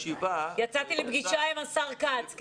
יצאתי לפגיה עם השר כץ.